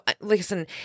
listen